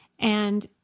And-